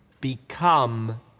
Become